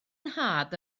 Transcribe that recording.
nhad